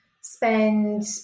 spend